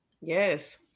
Yes